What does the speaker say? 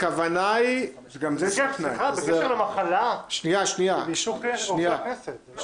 הכוונה היא --- בקשר למחלה זה באישור רופא הכנסת.